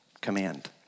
command